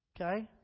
Okay